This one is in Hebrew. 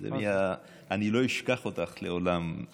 אני לא אשכח אותם לעולם,